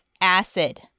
acid